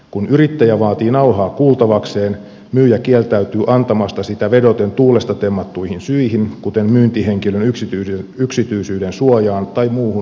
kun yrittäjä vaatii nauhaa kuultavakseen myyjä kieltäytyy antamasta sitä vedoten tuulesta temmattuihin syihin kuten myyntihenkilön yksityisyyden suojaan tai muuhun humpuukiin